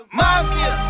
mafia